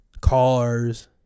cars